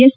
S